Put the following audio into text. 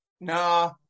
Nah